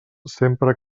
sempre